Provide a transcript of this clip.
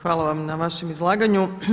Hvala vam na vašem izlaganju.